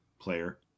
player